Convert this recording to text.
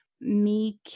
meek